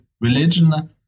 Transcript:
religion